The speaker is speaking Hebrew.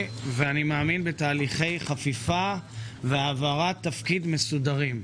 ואני מאמין בתהליכי חפיפה והעברת תפקיד מסודרים.